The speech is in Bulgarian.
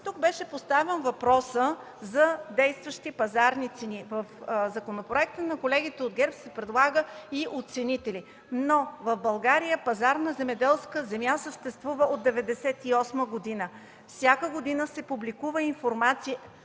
Тук беше поставен въпросът за действащи пазарни цени. В законопроекта на колегите от ГЕРБ се предлагат и оценители. Но в България пазарът на земеделска земя съществува от 1998 г. Всяка година се публикува информация,